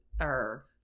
or-